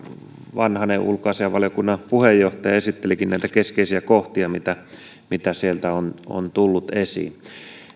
vanhanen ulkoasiainvaliokunnan puheenjohtaja esittelikin näitä keskeisiä kohtia mitä mitä sieltä on on tullut esiin